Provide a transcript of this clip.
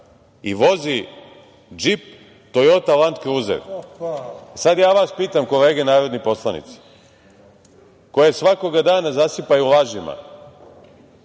i vozi džip Tojota Lend kruzer. Sad ja vas pitam, kolege narodni poslanici, koje svakoga dana zasipaju lažima,